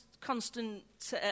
constant